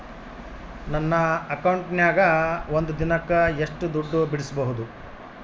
ನನ್ನ ಅಕೌಂಟಿನ್ಯಾಗ ಒಂದು ದಿನಕ್ಕ ಎಷ್ಟು ದುಡ್ಡು ಬಿಡಿಸಬಹುದು?